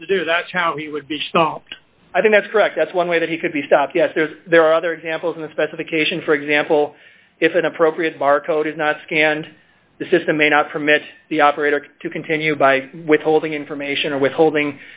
what to do that's how he would be stopped i think that's correct that's one way that he could be stopped yes there are there are other examples in the specification for example if an appropriate barcode is not scanned the system may not permit the operator to continue by withholding information or withholding